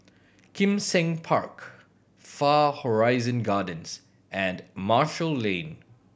Kim Seng Park Far Horizon Gardens and Marshall Lane